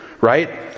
right